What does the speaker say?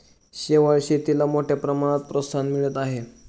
शेवाळ शेतीला मोठ्या प्रमाणात प्रोत्साहन मिळत आहे